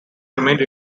remained